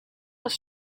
was